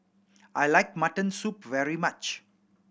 I like mutton soup very much